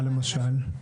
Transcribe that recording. מה למשל?